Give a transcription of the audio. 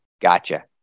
Gotcha